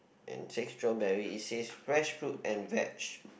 and six strawberry it says fresh fruit and veg